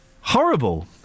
Horrible